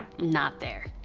not there.